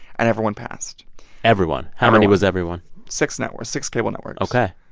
and everyone passed everyone. how many was everyone? six networks six cable networks ok.